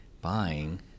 buying